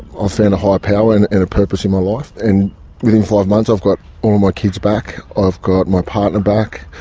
ah found a higher power and and purpose in my life. and within five months i've got all my kids back, i've got my partner back.